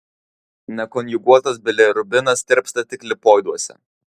nekonjuguotas bilirubinas tirpsta tik lipoiduose